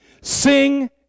Sing